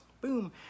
boom